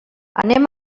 anem